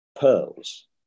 pearls